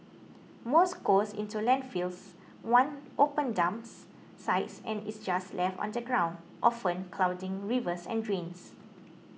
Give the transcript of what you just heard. most goes into landfills one open dumps sites and is just left on the ground often clogging rivers and drains